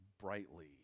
brightly